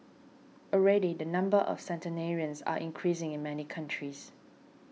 already the number of centenarians are increasing in many countries